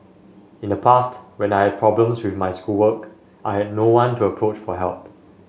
in the past when I had problems with my schoolwork I had no one to approach for help